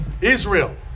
Israel